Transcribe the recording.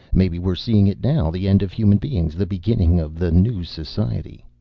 maybe we're seeing it now, the end of human beings, the beginning of the new society.